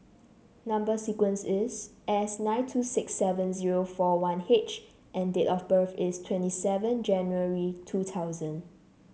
number sequence is S nine two six seven zero four one H and date of birth is twenty seven January two thousand